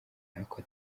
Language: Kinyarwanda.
ntako